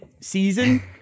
season